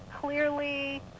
clearly